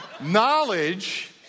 Knowledge